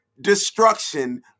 destruction